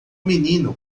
menino